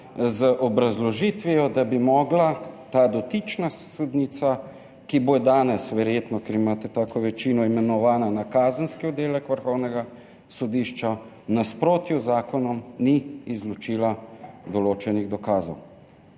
z obrazložitvijo, da bi mogla ta dotična sodnica, ki bo verjetno danes, ker imate tako večino, imenovana na Kazenski oddelek Vrhovnega sodišča, v nasprotju z zakonom ni izločila določenih dokazov.